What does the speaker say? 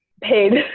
paid